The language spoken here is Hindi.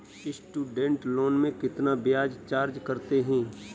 स्टूडेंट लोन में कितना ब्याज चार्ज करते हैं?